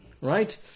Right